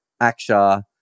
Akshar